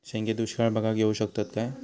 शेंगे दुष्काळ भागाक येऊ शकतत काय?